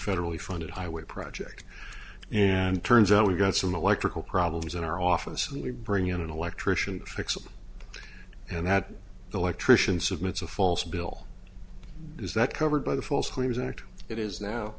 federally funded highway project and turns out we got some electrical problems in our office and we bring in an electrician and had the electrician submits a false bill is that covered by the false claims act it is now